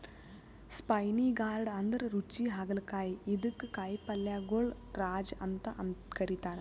spiny gourd ಅಂದ್ರ ರುಚಿ ಹಾಗಲಕಾಯಿ ಇದಕ್ಕ್ ಕಾಯಿಪಲ್ಯಗೊಳ್ ರಾಜ ಅಂತ್ ಕರಿತಾರ್